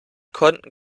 konnten